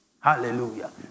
Hallelujah